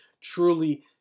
truly